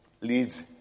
leads